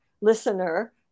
listener